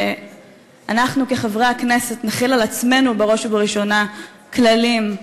שאנחנו כחברי הכנסת נחיל על עצמנו בראש ובראשונה כללים,